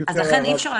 אם אפשר,